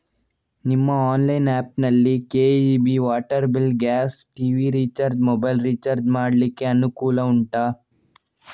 ನಿಮ್ಮ online app ನಲ್ಲಿ KEB, water bill, gas, TV recharge, mobile recharge ಮಾಡ್ಲಿಕ್ಕೆ ಅನುಕೂಲ ಉಂಟಾ